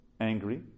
angry